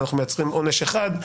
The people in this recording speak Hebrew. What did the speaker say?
אנחנו מייצרים עונש אחד,